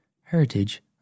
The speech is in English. Heritage